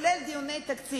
שבהם גם התקיימו דיוני תקציב.